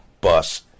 bus